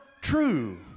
true